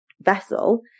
vessel